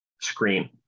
screen